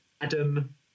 Adam